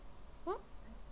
!huh!